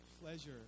pleasure